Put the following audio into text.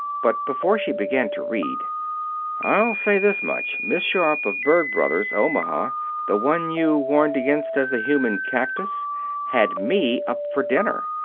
but, before she began to read i'll say this much. miss sharp, of berg brothers, omaha the one you warned against as the human cactus had me up for dinner.